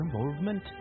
involvement